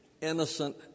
innocent